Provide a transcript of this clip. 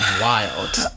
wild